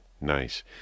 Nice